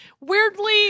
weirdly